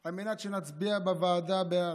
על מנת שנצביע בוועדה בעד.